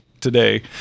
today